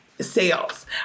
sales